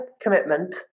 commitment